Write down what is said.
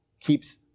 keeps